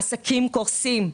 עסקים קורסים.